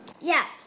Yes